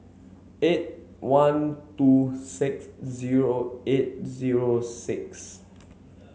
eight one two six zero eight zero six